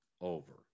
over